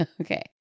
Okay